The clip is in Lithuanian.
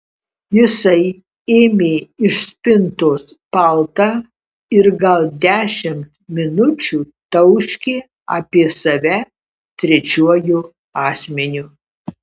jisai ėmė iš spintos paltą ir gal dešimt minučių tauškė apie save trečiuoju asmeniu